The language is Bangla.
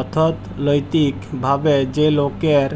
অথ্থলৈতিক ভাবে যে লকের